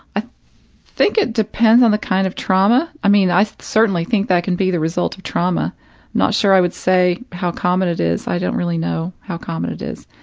i think it depends on the kind of trauma i mean, i certainly think that can be the result of trauma, i'm not sure i would say how common it is, i don't really know how common it is,